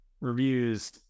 reviews